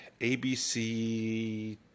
ABC